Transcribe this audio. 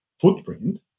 footprint